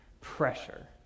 pressure